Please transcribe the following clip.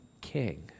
king